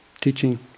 teaching